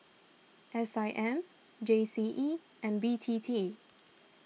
S I M G C E and B T T